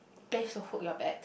place to hook your bag